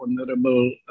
Honorable